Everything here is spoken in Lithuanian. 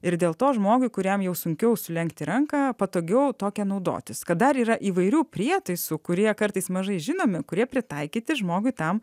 ir dėl to žmogui kuriam jau sunkiau sulenkti ranką patogiau tokią naudotis kad dar yra įvairių prietaisų kurie kartais mažai žinomi kurie pritaikyti žmogui tam